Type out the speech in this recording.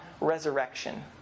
resurrection